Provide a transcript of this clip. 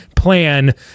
plan